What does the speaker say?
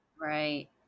Right